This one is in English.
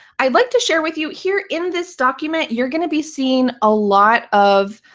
i'd like to share with you. here in this document, you're going to be seeing a lot of